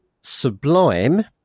sublime